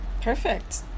Perfect